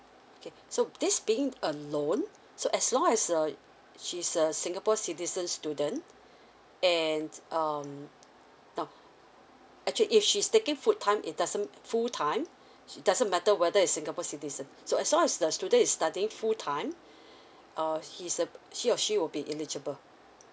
okay so this being uh loan so as long as uh she's a singapore citizen student and um uh now actually if she's taking full time it doesn't full time doesn't matter whether is singapore citizen so as long as the student is studying full time uh he's uh he or she will be eligible